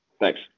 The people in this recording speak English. thanks